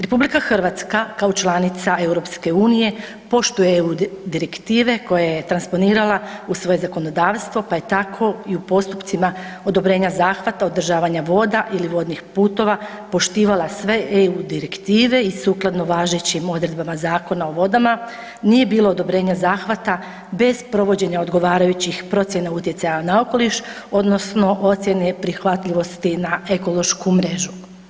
RH kao članica EU poštuje EU direktive koje je transponirala u svoje zakonodavstvo, pa je tako i u postupcima odobrenja zahvata održavanja voda ili vodnih putova poštivala sve EU direktive i sukladno važećim odredbama Zakona o vodama nije bilo odobrenja zahvata bez provođenja odgovarajućih procjena utjecaja na okoliš odnosno ocjene prihvatljivosti na ekološku mrežu.